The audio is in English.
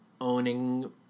owning